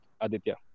aditya